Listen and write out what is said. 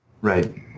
Right